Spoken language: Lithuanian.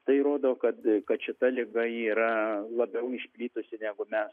tai rodo kad kad šita liga yra labiau išplitusi negu mes